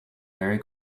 merry